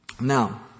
Now